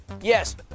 Yes